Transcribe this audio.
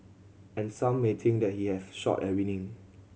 and some may think that he have shot winning